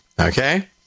okay